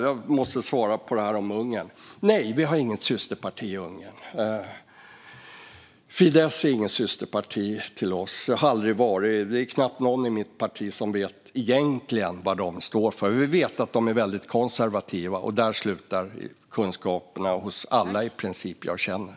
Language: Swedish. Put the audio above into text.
Jag måste också svara på det där om Ungern: Nej, SD har inget systerparti i Ungern. Fidesz är inget systerparti till oss och har aldrig varit det. Det är knappt någon i mitt parti som vet vad de står för, men vi vet att de är väldigt konservativa. Där slutar kunskaperna hos i princip alla jag känner.